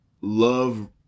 love